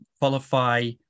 Qualify